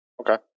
okay